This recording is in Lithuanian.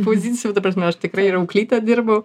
pozicijų ta prasme aš tikrai ir auklyte dirbu